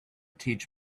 teach